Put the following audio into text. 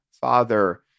father